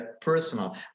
personal